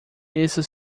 isso